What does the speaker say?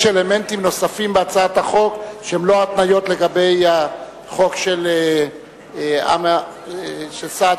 יש אלמנטים נוספים בהצעת החוק שהם לא התניות לגבי החוק של חמד עמאר.